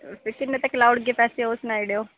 ते किन्ने तगर लाई ओड़गे पैसे ओह् सनाई ओड़ेओ